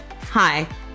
Hi